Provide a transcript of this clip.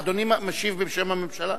אדוני משיב בשם הממשלה?